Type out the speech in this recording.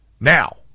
Now